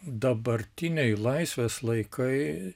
dabartiniai laisvės laikai